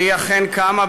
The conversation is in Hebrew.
והיא אכן קמה,